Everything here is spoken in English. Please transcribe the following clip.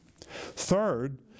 Third